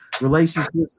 relationships